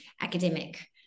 academic